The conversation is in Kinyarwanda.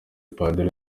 padiri